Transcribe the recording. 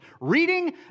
Reading